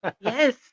yes